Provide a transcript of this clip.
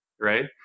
right